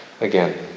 again